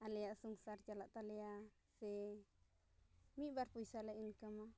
ᱟᱞᱮᱭᱟᱜ ᱥᱚᱝᱥᱟᱨ ᱪᱟᱞᱟᱜ ᱛᱟᱞᱮᱭᱟ ᱥᱮ ᱢᱤᱫ ᱵᱟᱨ ᱯᱚᱭᱥᱟᱞᱮ ᱤᱱᱠᱟᱢᱟ